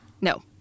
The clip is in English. No